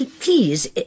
please